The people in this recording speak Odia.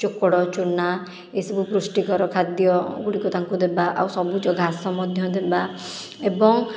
ଚୋକଡ଼ ଚୂନା ଏସବୁ ପୁଷ୍ଟିକର ଖାଦ୍ୟଗୁଡ଼ିକ ତାଙ୍କୁ ଦେବା ଆଉ ସବୁଜ ଘାସ ମଧ୍ୟ ଦେବା ଏବଂ